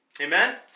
Amen